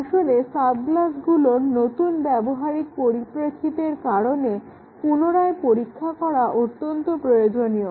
আসলে সাব ক্লাসগুলোর নতুন ব্যবহারিক পরিপ্রেক্ষিতের কারণে পুনরায় পরীক্ষা করা অত্যন্ত প্রয়োজনীয়